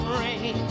rain